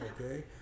okay